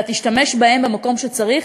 אלא תשתמש בהם במקום שצריך,